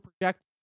project